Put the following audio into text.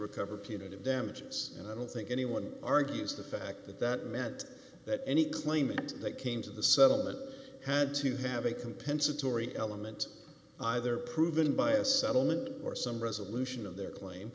recover punitive damages and i don't think anyone argues the fact that that meant that any claimant that came to the settlement had to have a compensatory element either proven by a settlement or some resolution of their claim